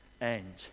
end